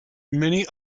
many